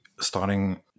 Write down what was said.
starting